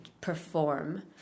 perform